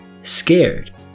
Scared